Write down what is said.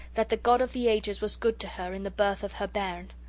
that the god of the ages was good to her in the birth of her bairn.